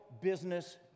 business